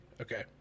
Okay